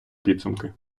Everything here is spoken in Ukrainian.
підсумки